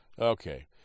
Okay